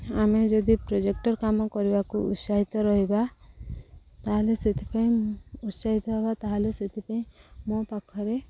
ଆମେ ଯଦି ପ୍ରୋଜେକ୍ଟର୍ କାମ କରିବାକୁ ଉତ୍ସାହିତ ରହିବା ତା'ହେଲେ ସେଥିପାଇଁ ଉତ୍ସାହିତ ହେବା ତା'ହେଲେ ସେଥିପାଇଁ ମୋ ପାଖରେ